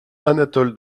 anatole